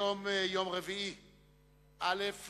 א'